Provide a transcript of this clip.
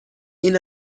این